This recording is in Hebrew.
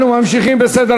אם כן,